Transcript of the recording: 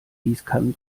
gießkannen